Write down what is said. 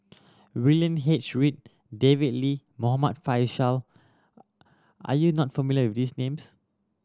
William H Read David Lee Muhammad Faishal are you not familiar with these names